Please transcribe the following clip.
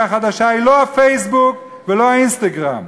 החדשה היא לא הפייסבוק ולא האינסטגרם.